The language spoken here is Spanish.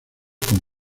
con